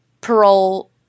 parole